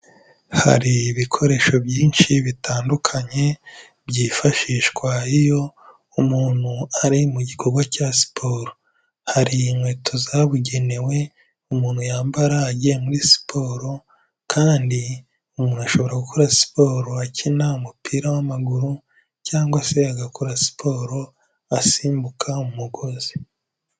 Hari ibikoresho byinshi bitandukanye byifashishwa iyo umuntu ari mu gikorwa cya siporo. Hari inkweto zabugenewe umuntu yambara agiye muri siporo, kandi umuntu ashobora gukora siporo akina umupira w'amaguru cyangwa se agakora siporo asimbuka umugozi.